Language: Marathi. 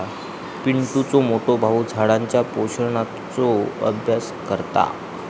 पिंटुचो मोठो भाऊ झाडांच्या पोषणाचो अभ्यास करता